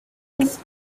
his